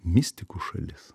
mistikų šalis